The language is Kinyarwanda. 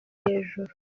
hejuru